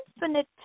infinite